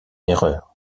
erreur